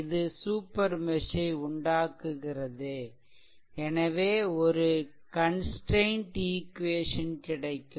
இது super mesh ஐ உண்டாக்குகிறது எனவே ஒரு கன்ஸ்ட்ரெய்ன்ட் ஈக்வேஷன் கிடைக்கும்